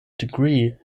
degree